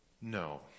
no